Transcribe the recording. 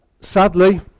sadly